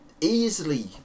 easily